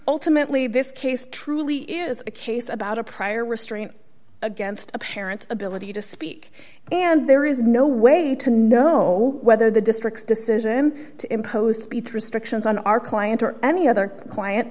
ultimately this case truly is a case about a prior restraint against a parent's ability to speak and there is no way to know whether the district's decision to impose its restrictions on our client or any other client